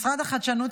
משרד החדשנות,